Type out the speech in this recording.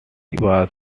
was